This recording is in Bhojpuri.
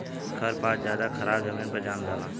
खर पात ज्यादे खराबे जमीन पर जाम जला